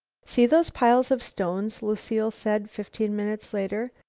see those piles of stones? lucile said fifteen minutes later.